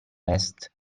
est